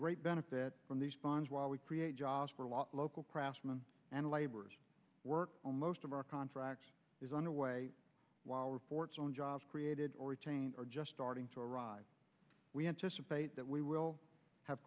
great benefit from these bonds while we create jobs for a lot of local craftsman and laborers work most of our contract is underway while reports on jobs created or retained are just starting to arrive we anticipate that we will have